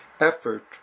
effort